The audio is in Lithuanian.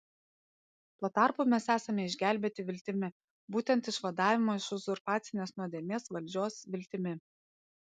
tuo tarpu mes esame išgelbėti viltimi būtent išvadavimo iš uzurpacinės nuodėmės valdžios viltimi